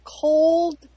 cold